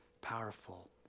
powerful